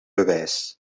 bewijs